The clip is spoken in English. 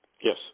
Yes